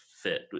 fit